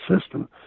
system